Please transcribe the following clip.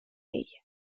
ella